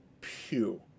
pew